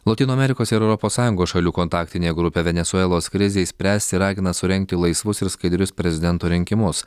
lotynų amerikos ir europos sąjungos šalių kontaktinė grupė venesuelos krizei spręsti ragina surengti laisvus ir skaidrius prezidento rinkimus